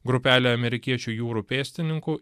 grupelė amerikiečių jūrų pėstininkų